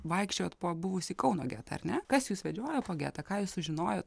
vaikščiojot po buvusį kauno getą ar ne kas jus vedžiojo po getą ką jūs sužinojo